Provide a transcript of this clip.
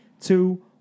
Two